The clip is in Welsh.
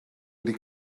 wedi